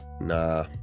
nah